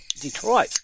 Detroit